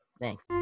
thanks